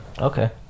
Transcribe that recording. Okay